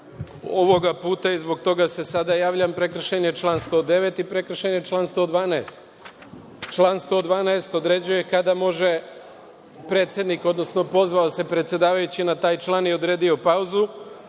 puta, i zbog toga se sada javljam, prekršen je član 109. i prekršen je član 112. Član 112. određuje kada može predsednik, odnosno pozvao se predsedavajući na taj član i odredio pauzu,